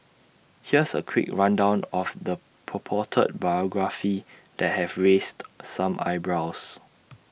here's A quick rundown of the purported biography that have raised some eyebrows